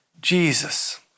Jesus